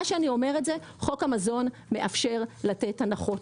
מה שאני אומרת זה שחוק המזון מאפשר לתת הנחות,